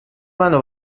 منو